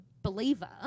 Believer